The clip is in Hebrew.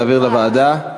להעביר לוועדה.